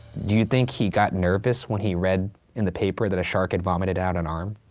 do you think he got nervous when he read in the paper that a shark had vomited out an arm?